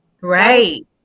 Right